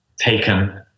taken